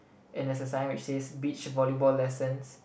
and there's a sign which says beach volleyball lessons